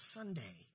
Sunday